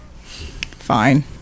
Fine